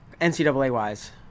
NCAA-wise